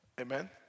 Amen